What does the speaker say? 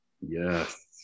Yes